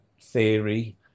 theory